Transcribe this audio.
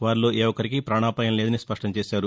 వారిలో ఏ ఒక్కరికీ ప్రాణాపాయం లేదని స్పష్ణంచేశారు